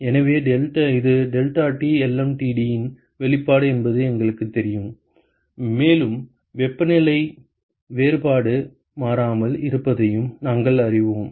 எனவே இது deltaTlmtd இன் வெளிப்பாடு என்பது எங்களுக்குத் தெரியும் மேலும் வெப்பநிலை வேறுபாடு மாறாமல் இருப்பதையும் நாங்கள் அறிவோம்